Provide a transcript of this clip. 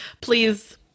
please